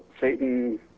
satan